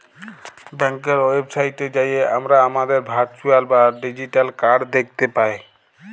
ব্যাংকের ওয়েবসাইটে যাঁয়ে আমরা আমাদের ভারচুয়াল বা ডিজিটাল কাড় দ্যাখতে পায়